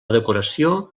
decoració